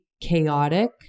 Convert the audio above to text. chaotic